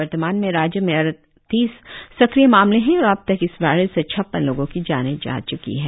वर्तमान में राज्य में अड़तीस सक्रिय मामले है और अब तक इस वायर्स से छप्पन लोगों की जाने जा च्की है